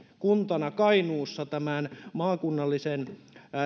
kuntana kainuussa tämän maakunnallisen